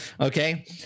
Okay